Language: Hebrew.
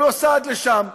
אבל הוא עשה עד לשם.